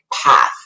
path